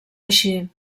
així